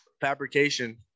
fabrication